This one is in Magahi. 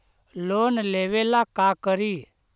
लोन लेबे ला का करि?